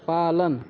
पालन